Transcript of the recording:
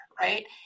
right